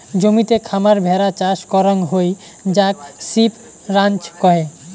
জমিতে খামার ভেড়া চাষ করাং হই যাক সিপ রাঞ্চ কহে